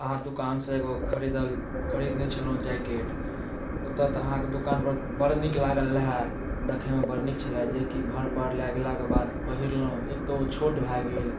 अहाँके दोकान सॅं एगो खरीदल खरीदने छलहुॅं जैकेट औतो तऽ अहाँके दोकान पर बड़ नीक लागल रहै देखैमे बड़ नीक छेलै जे कि घर पर लए गेलाके बाद पहिरलहुॅं एक तऽ ओ छोट भऽ गेल